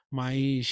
mas